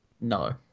No